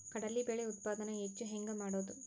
ಕಡಲಿ ಬೇಳೆ ಉತ್ಪಾದನ ಹೆಚ್ಚು ಹೆಂಗ ಮಾಡೊದು?